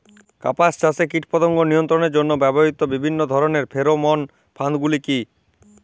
কাপাস চাষে কীটপতঙ্গ নিয়ন্ত্রণের জন্য ব্যবহৃত বিভিন্ন ধরণের ফেরোমোন ফাঁদ গুলি কী?